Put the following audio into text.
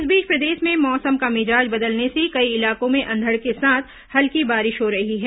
इस बीच प्रदेश में मौसम का मिजाज बदलने से कई इलाकों में अंधड़ के साथ हल्की बारिश हो रही है